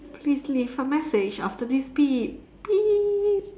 please leave a message after this beep beep